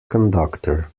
conductor